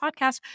podcast